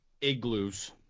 igloos